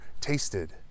tasted